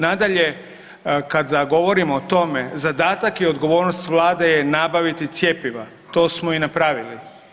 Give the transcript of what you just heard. Nadalje, kada govorimo o tome zadatak i odgovornost Vlade je nabaviti cjepiva, to smo i napravili.